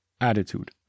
attitude